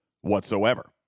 whatsoever